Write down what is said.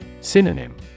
Synonym